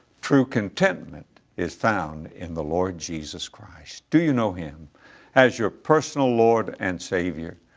true contentment is found in the lord jesus christ. do you know him as your personal lord and savior?